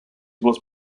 was